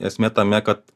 esmė tame kad